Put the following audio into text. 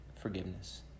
forgiveness